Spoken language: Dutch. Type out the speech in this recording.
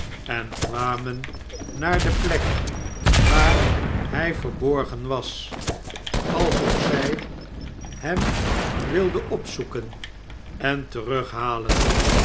en kwamen naar de plek waar hij verborgen was alsof zij hem wilden opzoeken en terughalen